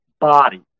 body